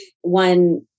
one